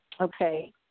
Okay